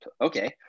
Okay